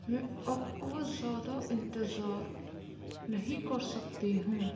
میں آپ کو اور زیادہ انتظار نہیں کر سکتی ہوں